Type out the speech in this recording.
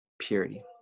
purity